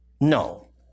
No